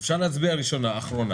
אפשר להצביע ראשונה-אחרונה.